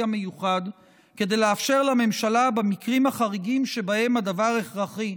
המיוחד כדי לאפשר לממשלה במקרים החריגים שבהם הדבר הכרחי,